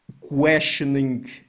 questioning